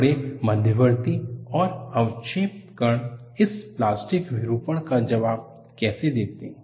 बड़े मध्यवर्ती और अवक्षेप कण इस प्लास्टिक विरूपण का जवाब कैसे देते हैं